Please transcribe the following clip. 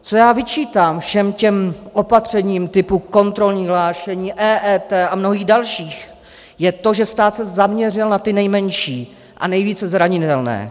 Co já vyčítám všem těm opatřením typu kontrolních hlášení, EET a mnohých dalších, je to, že stát se zaměřil na ty nejmenší a nejvíce zranitelné.